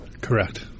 Correct